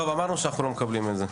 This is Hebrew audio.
טוב, אמרנו שאנחנו לא מקבלים את זה.